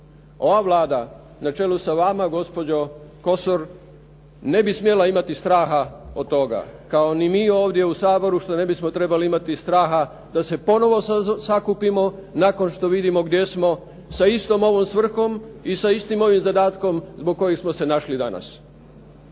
ova Vlada na čelu sa vama gospođo Kosor ne bi smjela imati straha od toga. Kao ni mi ovdje u Saboru što ne bismo trebali imati straha da se ponovo sakupimo nakon što vidimo gdje smo sa istom ovom svrhom i sa istim ovim zadatkom zbog kojih smo se našli danas.